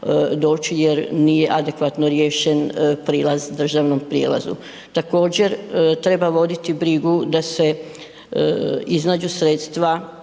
jer nije adekvatno riješen prilaz državnom prijelazu. Također treba voditi brigu da se iznađu sredstva